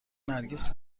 نرگس